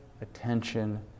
attention